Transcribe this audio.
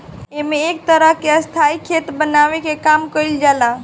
एमे एक तरह के स्थाई खेत बनावे के काम कईल जाला